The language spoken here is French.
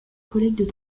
collègues